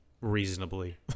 reasonably